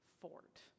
fort